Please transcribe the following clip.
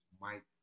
Mike